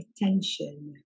attention